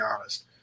honest